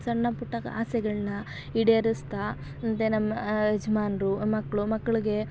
ಸಣ್ಣ ಪುಟ್ಟ ಆಸೆಗಳನ್ನ ಈಡೇರಿಸ್ತಾ ಮುಂದೆ ನಮ್ಮ ಯಜಮಾನ್ರು ಮಕ್ಕಳು ಮಕ್ಳಿಗೆ